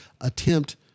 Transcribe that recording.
attempt